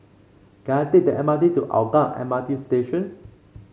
can I take the M R T to Hougang M R T Station